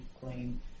claim